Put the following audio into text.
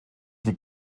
die